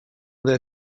their